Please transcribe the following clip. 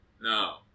No